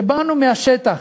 שבאנו מהשטח,